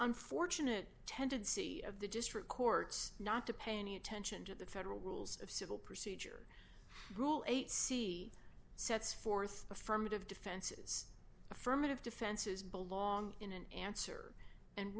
unfortunate tendency of the district courts not to pay any attention to the federal rules of civil procedure rule eight c sets forth affirmative defenses affirmative defenses belong in an answer and